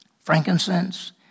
frankincense